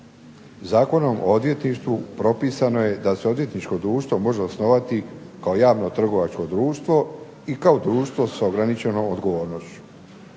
Zakonom o odvjetništvu propisano je da se odvjetničko društvo može osnovati kao javno trgovačko društvo i kao društvo sa ograničenom odgovornošću.